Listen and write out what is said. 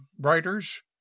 writers